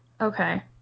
Okay